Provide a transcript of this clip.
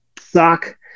sock